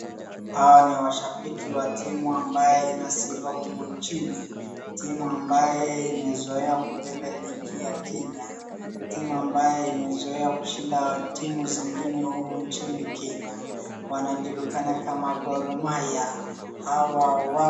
Hawa ni mashabaki wa timu ambayo ina sifa humu nchini timu ambayo imezoea kueba ligi ya Kenya timu ambaye imezoea kushinda timu zingine huku kenya , wanajulikana kama Gormahia.